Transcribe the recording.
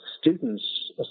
students